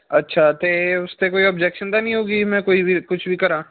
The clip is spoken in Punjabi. ਅੱਛਾ ਅਤੇ ਉਸ 'ਤੇ ਕੋਈ ਓਬਜੈਕਸ਼ਨ ਤਾਂ ਨਹੀਂ ਹੋਊਗੀ ਮੈਂ ਕੋਈ ਵੀ ਕੁਛ ਵੀ ਕਰਾਂ